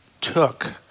took